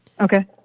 Okay